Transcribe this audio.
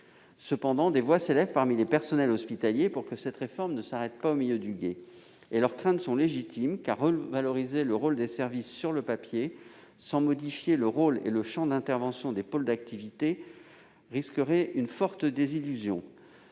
Cependant, des voix s'élèvent parmi les personnels hospitaliers pour que cette réforme ne s'arrête pas au milieu du gué. Leurs craintes sont légitimes, car revaloriser, sur le papier, du rôle des services, sans modifier le rôle et le champ d'intervention des pôles d'activité, risquerait d'entraîner une forte désillusion.